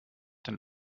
den